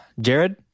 Jared